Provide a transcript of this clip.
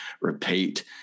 repeat